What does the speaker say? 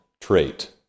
trait